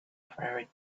very